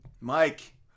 Mike